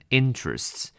interests